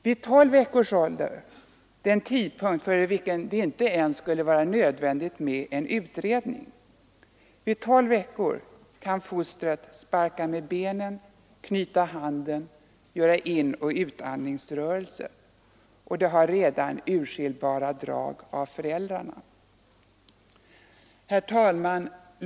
Vid tolv veckors ålder — den tidpunkt före vilken det inte ens skulle vara nödvändigt med en utredning — kan fostret sparka med benen, knyta handen, göra inoch utandningsrörelser, och det har redan urskiljbara drag av föräldrarna. Herr talman!